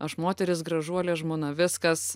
aš moteris gražuolė žmona viskas